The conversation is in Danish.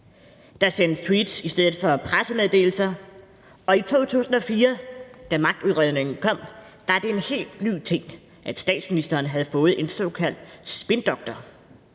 Der sendes tweets i stedet for pressemeddelelser, og i 2004, da magtudredningen kom, var det en helt ny ting, at statsministeren havde fået en såkaldt spindoktor.